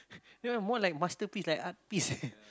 they more like masterpiece like art piece